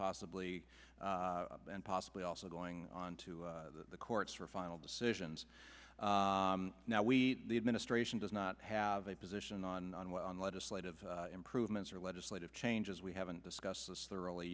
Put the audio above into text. possibly and possibly also going on to the courts for final decisions now we the administration does not have a position on online legislative improvements or legislative changes we haven't discussed this thoroughly